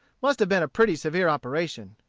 must have been a pretty severe operation.